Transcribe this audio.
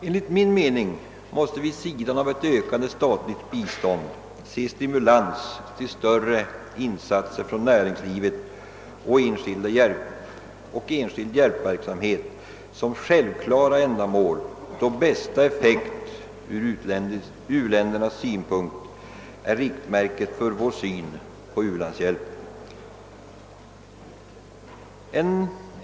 Enligt min mening måste vi vid sidan av ett ökat statligt bistånd se stimulans till större insatser från näringslivet och från den enskilda hjälpverksamheten som självklara ändamål, då bästa effekt ur uländernas synpunkt är riktmärket för vår syn på u-landshjälpen.